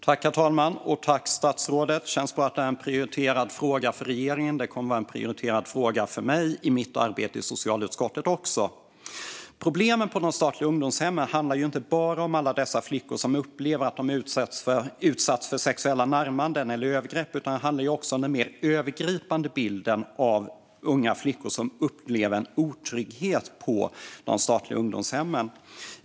Herr talman! Det känns bra att detta är en prioriterad fråga för regeringen. Det kommer även att vara en prioriterad fråga för mig i mitt arbete i socialutskottet. Problemen på de statliga ungdomshemmen handlar ju inte bara om alla de flickor som upplever att de har utsatts för sexuella närmanden eller övergrepp utan också om den mer övergripande bilden av unga flickor som upplever otrygghet på de statliga ungdomshemmen.